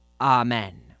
Amen